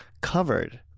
covered